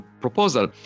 proposal